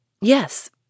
Yes